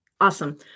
Awesome